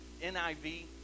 NIV